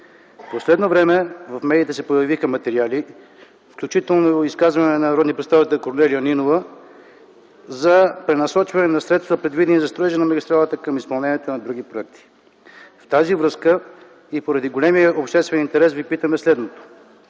В последно време в медиите се появиха материали, включително изказване на народния представител Корнелия Нинова, за пренасочване на средства, предвидени за строежа на магистралата, към изпълнението на други проекти. В тази връзка и поради големия обществен интерес Ви питаме следното: